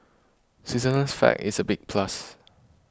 Switzerland's flag is a big plus